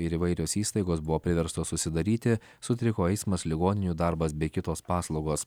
ir įvairios įstaigos buvo priverstos užsidaryti sutriko eismas ligoninių darbas bei kitos paslaugos